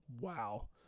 Wow